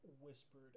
whispered